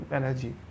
energy